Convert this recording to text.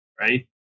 Right